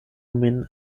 min